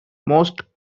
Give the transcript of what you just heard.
most